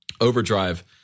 Overdrive